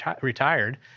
retired